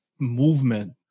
movement